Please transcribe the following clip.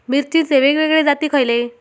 मिरचीचे वेगवेगळे जाती खयले?